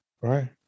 Right